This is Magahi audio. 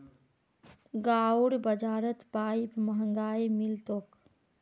गांउर बाजारत पाईप महंगाये मिल तोक